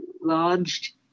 lodged